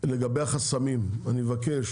לגבי החסמים, אני מבקש